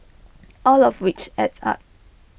all of which adds up